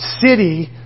city